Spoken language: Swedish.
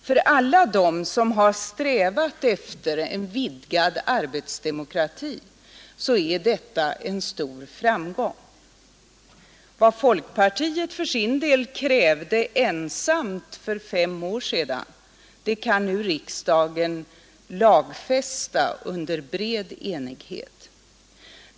För alla dem som har strävat efter en vidgad arbetsdemokrati är detta en stor framgång. Vad folkpartiet för sin del krävde ensamt för fem år sedan kan nu riksdagen lagfästa under bred enighet.